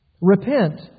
repent